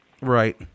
Right